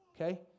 okay